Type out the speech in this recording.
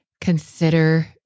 consider